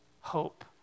hope